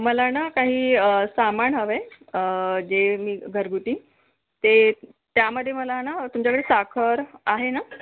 मला ना काही सामान हवं आहे जे मी घरगुती ते त्यामध्ये मला ना तुमच्याकडे साखर आहे ना